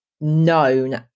known